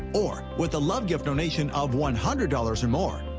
or with a love gift donation of one hundred dollars or more,